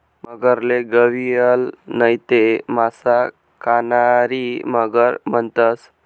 मगरले गविअल नैते मासा खानारी मगर म्हणतंस